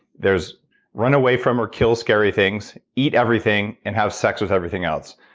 there's run away from or kill scary things, eat everything, and have sex with everything else.